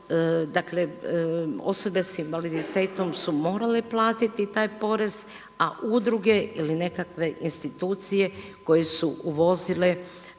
dakle, osobe s invaliditetom su morale platiti taj porez, a udruge ili nekakve institucije koje su uvozile